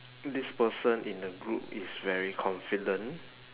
this person in the group is very confident